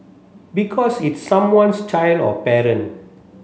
because it's someone's child or parent